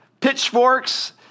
pitchforks